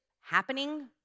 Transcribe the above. happening